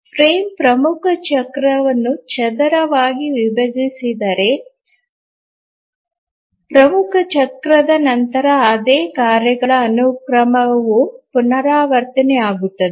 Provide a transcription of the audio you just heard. frame ಪ್ರಮುಖ ಚಕ್ರವನ್ನು ಚದರವಾಗಿ ವಿಭಜಿಸಿದರೆ ಪ್ರಮುಖ ಚಕ್ರದ ನಂತರ ಅದೇ ಕಾರ್ಯಗಳ ಅನುಕ್ರಮವು ಪುನರಾವರ್ತನೆಯಾಗುತ್ತದೆ